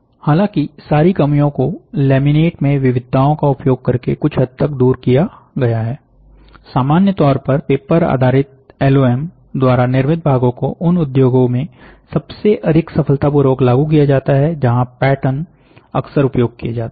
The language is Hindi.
हालांकि सारी कमियों को लेमिनेट में विविधताओं का उपयोग करके कुछ हद तक दूर किया गया है सामान्य तौर पर पेपर आधारित एलओएम द्वारा निर्मित भागो को उन उद्योगों में सबसे अधिक सफलतापूर्वक लागू किया जाता है जहां पैटर्न अक्सर उपयोग किए जाते हैं